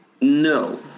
No